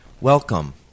Welcome